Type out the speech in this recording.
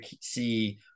see